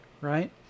right